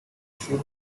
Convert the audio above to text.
she